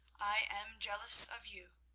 i am jealous of you.